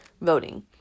voting